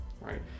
right